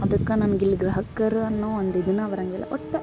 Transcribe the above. ಅದಕ್ಕೆ ನಂಗೆ ಇಲ್ಲಿ ಗ್ರಾಹಕರ ಅನ್ನೋ ಒಂದು ಇದನ್ನ ಬರಂಗಿಲ್ಲ ಒಟ್ಟು